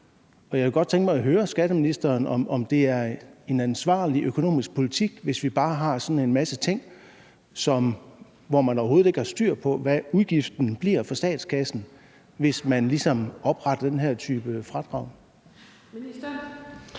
mig at høre skatteministeren, om det er en ansvarlig økonomisk politik, hvis vi bare har sådan en masse ting, hvor man overhovedet ikke har styr på, hvad udgiften bliver for statskassen, altså hvis man ligesom oprettede den her type fradrag.